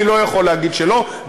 אני לא יכול להגיד שלא,